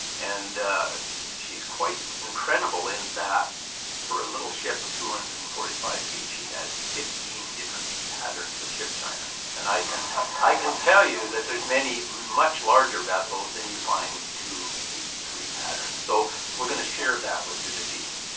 and she's quite incredible in that for a little ship of two hundred and forty five feet, she had fifteen different patterns of ship china. and i can i can tell you that there's much larger vessels and you find two, maybe three patterns. so we're going to share that with you this evening.